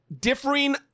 differing